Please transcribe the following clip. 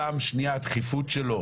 פעם שנייה הדחיפות שלו